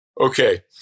Okay